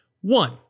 One